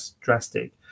drastic